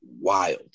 wild